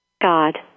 God